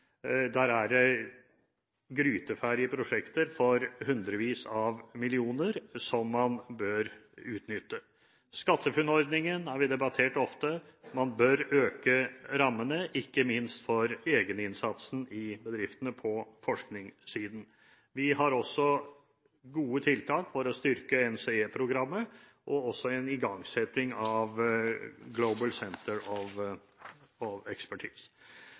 Der er det gryteferdige prosjekter for hundrevis av millioner som man bør utnytte. SkatteFUNN-ordningen har vi debattert ofte. Man bør øke rammene, ikke minst for egeninnsatsen i bedriftene på forskningssiden. Vi har også gode tiltak for å styrke NCE-programmet, og også en igangsetting av Global Center